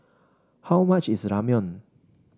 how much is Ramyeon